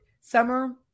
Summer